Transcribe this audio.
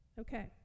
Okay